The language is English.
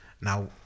Now